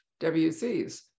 WCs